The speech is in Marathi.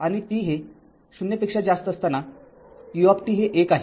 आणि t हे ० पेक्षा जास्त असतानाu हे १ आहे